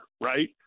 right